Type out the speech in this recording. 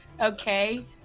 okay